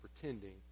pretending